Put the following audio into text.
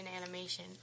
animation